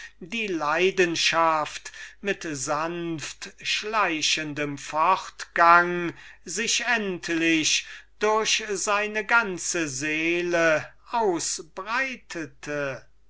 die leidenschaft mit sanftschleichenden progressen sich endlich durch seine ganze seele ausbreitete